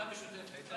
ועדה משותפת,